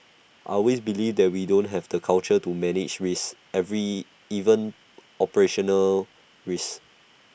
I always believe that we don't have the culture to manage risks every even operational risks